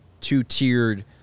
two-tiered